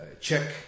check